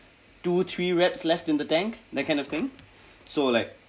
two three reps left in the tank that kind of thing so like